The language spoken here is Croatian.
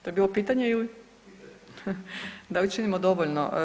To je bilo pitanje ili, da li činimo dovoljno?